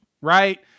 Right